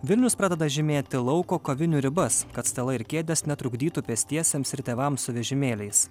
vilnius pradeda žymėti lauko kavinių ribas kad stalai ir kėdės netrukdytų pėstiesiems ir tėvams su vežimėliais